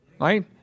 right